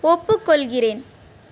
ஒப்புக்கொள்கிறேன்